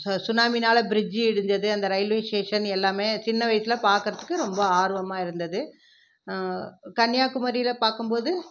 சு சுனாமினால் ப்ரிட்ஜ் இடிஞ்சது அந்த ரயில்வே ஸ்டேஷன் எல்லாமே சின்ன வயசில் பார்க்குறதுக்கு ரொம்ப ஆர்வமாக இருந்தது கன்னியாகுமரியில் பார்க்கும்போது